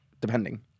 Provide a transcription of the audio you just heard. Depending